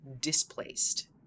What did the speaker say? displaced